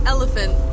Elephant